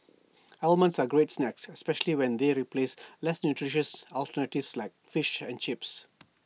almonds are A great snack especially when they replace less nutritious alternatives like fish and chips